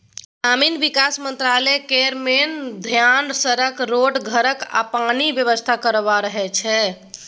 ग्रामीण बिकास मंत्रालय केर मेन धेआन सड़क, रोड, घरक आ पानिक बेबस्था करब रहय छै